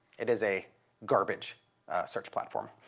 it is a garbage search platform.